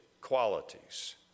qualities